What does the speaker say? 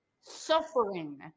suffering